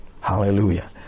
hallelujah